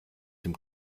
dem